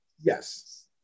Yes